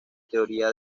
teoría